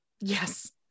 Yes